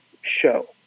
show